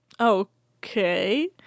Okay